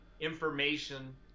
information